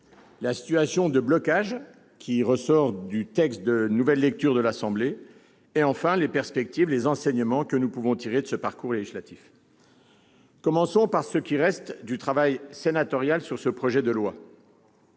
la situation de blocage qui résulte du texte adopté en nouvelle lecture par l'Assemblée nationale ; troisièmement, et enfin, les perspectives, les enseignements que nous pouvons tirer de ce parcours législatif. Commençons par ce qui reste du travail sénatorial sur ce projet de loi.